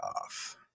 off